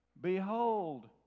Behold